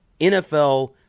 NFL